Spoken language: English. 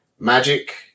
magic